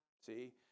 See